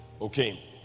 Okay